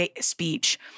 speech—